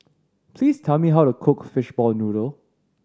please tell me how to cook fishball noodle